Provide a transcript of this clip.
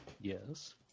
Yes